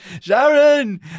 Sharon